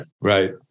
Right